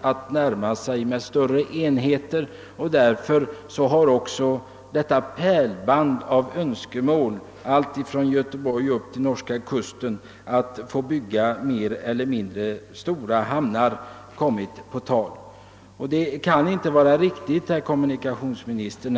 att närma sig med stora fartygsenheter. Därför har också detta pärlband av önskemål kommit fram att från Göteborg och upp till norska gränsen få bygga mer eller mindre stora hamnar. Detta kan inte vara riktigt, herr kommunikationsminister.